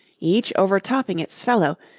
each overtopping its fellow,